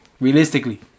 realistically